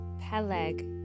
Peleg